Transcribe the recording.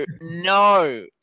no